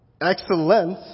excellence